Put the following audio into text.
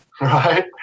Right